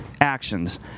actions